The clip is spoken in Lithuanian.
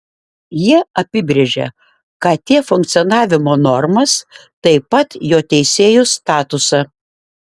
jie apibrėžia kt funkcionavimo normas taip pat jo teisėjų statusą